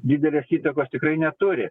didelės įtakos tikrai neturi